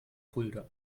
fulda